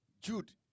Jude